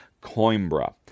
Coimbra